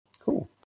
Cool